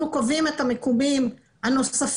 אנחנו קובעים את המיקומים הנוספים.